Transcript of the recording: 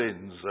sins